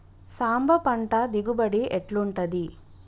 సాంబ పంట దిగుబడి ఎట్లుంటది?